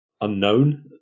unknown